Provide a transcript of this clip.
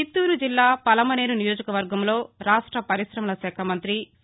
చిత్తూరు జిల్లా పలమనేరు నియోజక వర్గంలో రాష్ట్ర పరిశమల శాఖ మంతి సి